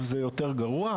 זה יותר גרוע.